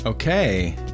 Okay